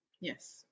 yes